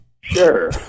Sure